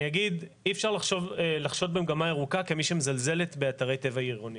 אגיד שאי אפשר לחשוד במגמה ירוקה כמי שמזלזלת באתרי טבע עירוניים.